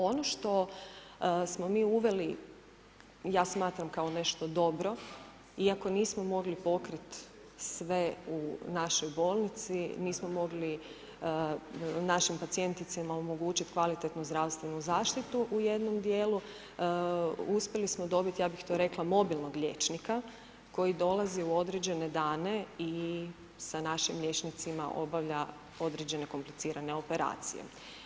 Ono što smo mi uveli, ja smatram kao nešto dobro, iako nismo mogli pokrit sve u našoj bolnici, nismo mogli našim pacijenticama omogućit kvalitetnu zdravstvenu zaštitu u jednom djelu, uspjeli smo dobit, ja bih to rekla mobilnog liječnika koji dolazi u određene dane i sa našim liječnicima obavlja određene komplicirane operacije.